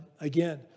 Again